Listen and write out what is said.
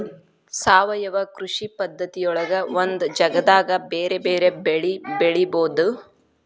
ಸಾವಯವ ಕೃಷಿ ಪದ್ಧತಿಯೊಳಗ ಒಂದ ಜಗದಾಗ ಬೇರೆ ಬೇರೆ ಬೆಳಿ ಬೆಳಿಬೊದು